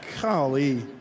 Golly